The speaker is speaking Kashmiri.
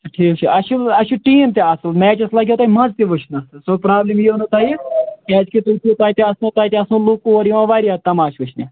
ٹھیٖک چھُ اسہِ چھُ اسہِ چھُ ٹیٖم تہِ اصٕل میچس لَگیٚو تۄہہِ مَزٕ تہِ وُچھنس سۄ پرٛابلِم یِیو نہٕ تۄہہِ کیازِ کہِ تۄہہِ تہِ آسنو تۄہہِ تہِ آسنو لُکھ اوٗر یِوان وارِیاہ تَماش وُچھنہِ